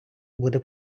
буде